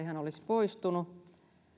hän ei olisi poistunut